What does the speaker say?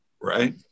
right